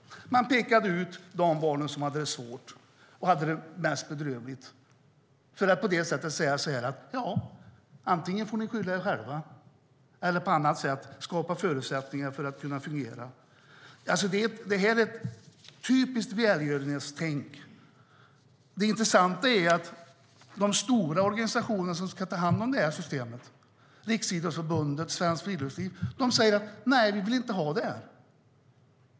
Man pekade ut de barn som hade det svårt och mest bedrövligt och menade: Ja, antingen får ni skylla er själva eller skapa förutsättningar för att kunna fungera. Det här är ett typiskt välgörenhetstänk. Det intressanta är att de stora organisationer som ska ta hand om det här systemet, Riksidrottsförbundet och Svenskt Friluftsliv, säger: Nej, vi vill inte ha det här.